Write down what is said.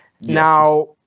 Now